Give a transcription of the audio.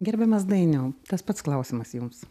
gerbiamas dainiau tas pats klausimas jums